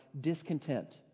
discontent